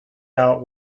out